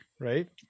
Right